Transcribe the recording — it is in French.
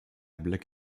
black